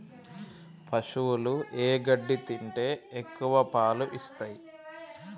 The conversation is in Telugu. పశువులు ఏ గడ్డి తింటే ఎక్కువ పాలు ఇస్తాయి?